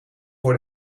voor